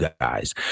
guys